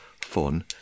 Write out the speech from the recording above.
fun